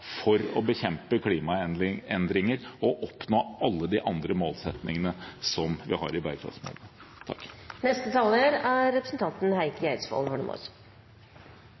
for å bekjempe klimaendringer og oppnå alle de andre målsettingene som vi har i